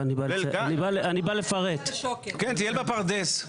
טייל בפרדס.